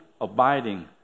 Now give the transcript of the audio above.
abiding